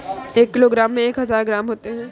एक किलोग्राम में एक हजार ग्राम होते हैं